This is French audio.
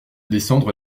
descendre